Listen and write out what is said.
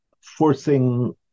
forcing